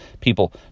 people